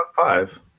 five